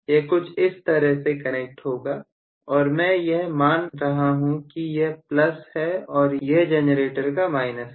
यह कुछ इस तरह से कनेक्ट होगा और मैं यह मान रहा हूं कि यह प्लस है और यह जनरेटर का माइनस है